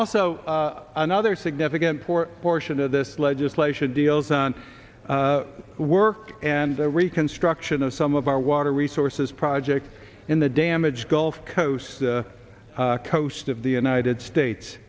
also another significant portion of this legislation deals on work and reconstruction of some of our water resources projects in the damaged gulf coast the coast of the united states